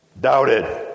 doubted